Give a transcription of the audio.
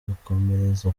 gukomereza